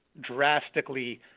drastically